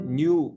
new